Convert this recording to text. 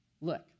look